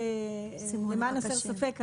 למען הסר ספק,